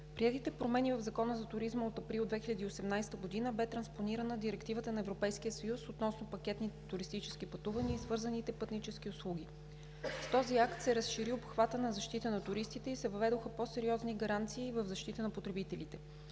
приетите промени в Закона за туризма от април 2018 г. бе транспонирана Директивата на Европейския съюз относно пакетните туристически пътувания и свързаните пътнически услуги. С този акт се разшири обхватът на защита на туристите и се въведоха по-сериозни гаранции в защита на потребителите.